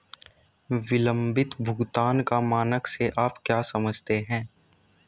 विलंबित भुगतान का मानक से आप क्या समझते हैं?